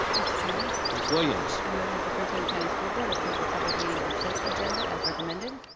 mr. chairman? miss williams. i move that the prince william county school board approve the public meeting consent agenda, as recommended.